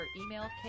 email